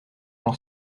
jean